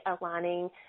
aligning